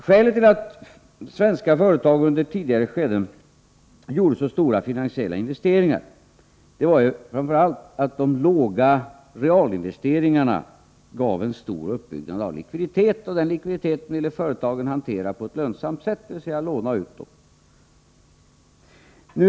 Skälet till att svenska företag under tidigare skeden gjorde så stora finansiella investeringar var framför allt att de låga realinvesteringarna gav en stor uppbyggnad av likviditeten, och den likviditeten ville företagen hantera på ett lönsamt sätt, dvs. låna ut pengarna.